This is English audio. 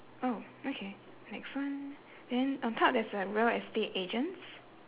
oh okay next one then on top there's a real estate agents